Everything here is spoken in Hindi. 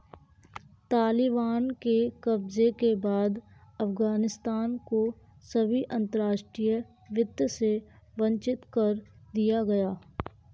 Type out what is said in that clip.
तालिबान के कब्जे के बाद अफगानिस्तान को सभी अंतरराष्ट्रीय वित्त से वंचित कर दिया गया